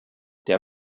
der